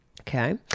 Okay